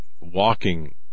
walking